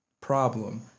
problem